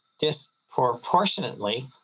disproportionately